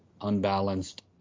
unbalanced